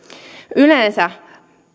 yleensä